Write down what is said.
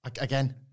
again